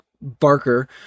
Barker